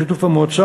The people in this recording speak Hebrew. בשיתוף המועצה,